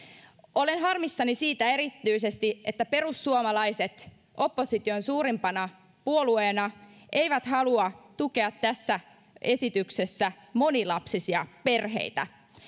olen harmissani siitä erityisesti että perussuomalaiset opposition suurimpana puolueena ei halua tukea tässä esityksessä monilapsisia perheitä